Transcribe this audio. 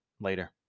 Later